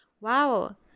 Wow